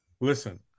Listen